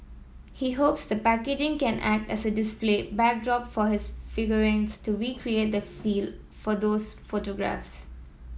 he hopes the packaging can act as a display backdrop for his figurines to recreate the feel for those photographs